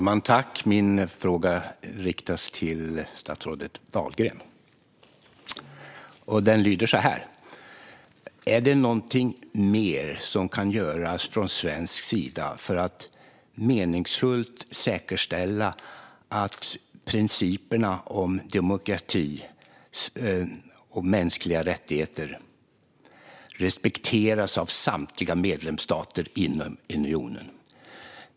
Fru talman! Min fråga riktas till statsrådet Dahlgren. Den lyder så här: Är det någonting mer som kan göras från svensk sida för att meningsfullt säkerställa att principerna om demokrati och mänskliga rättigheter respekteras av samtliga medlemsstater inom unionen?